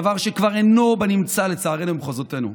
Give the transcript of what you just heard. דבר שכבר אינו בנמצא, לצערנו, במחוזותינו.